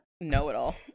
know-it-all